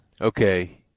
Okay